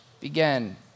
began